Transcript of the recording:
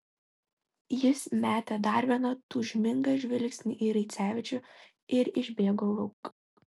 jis metė dar vieną tūžmingą žvilgsnį į raicevičių ir išbėgo lauk